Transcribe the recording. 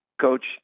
Coach